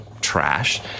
Trash